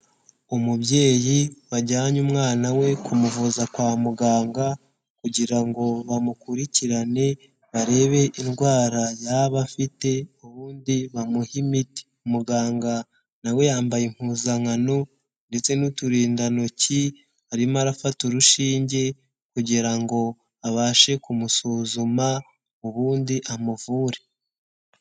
Umubyeyi bajyanye umwana we kumuvuza kwa muganga kugira ngo bamukurikirane barebe indwara yaba afite, ubundi bamuhe imiti. Muganga na we yambaye impuzankano ndetse n'uturindantoki arimo arafata urushinge kugira ngo abashe kumusuzuma ubundi amuvure.